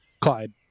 Clyde